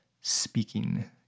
speaking